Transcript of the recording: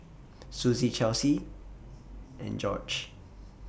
Suzie Chelsea and Jorge